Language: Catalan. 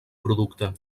producte